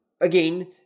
again